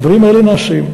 הדברים האלה נעשים.